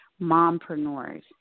mompreneurs